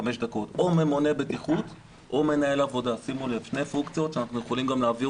בחודש אוגוסט ובחודש זה קיבלנו לצערנו